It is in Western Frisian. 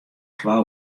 twa